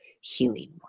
healing